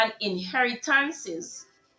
inheritances